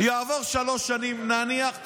יעברו שלוש שנים נניח,